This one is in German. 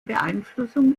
beeinflussung